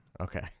Okay